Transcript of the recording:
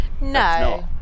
no